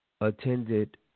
attended